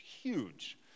huge